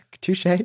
Touche